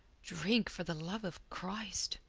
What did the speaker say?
drink, for the love of christ!